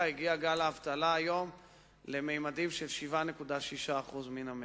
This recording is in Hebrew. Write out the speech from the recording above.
הגיע גל האבטלה היום לממדים של 7.6% מן המשק.